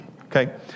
okay